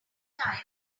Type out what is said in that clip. time